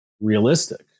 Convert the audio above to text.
realistic